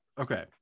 Okay